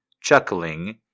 Chuckling